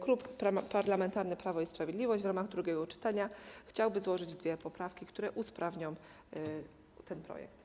Klub Parlamentarny Prawo i Sprawiedliwość w ramach drugiego czytania chciałby złożyć dwie poprawki, które usprawnią ten projekt.